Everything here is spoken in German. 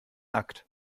akt